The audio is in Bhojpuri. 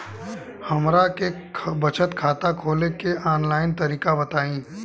हमरा के बचत खाता खोले के आन लाइन तरीका बताईं?